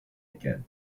again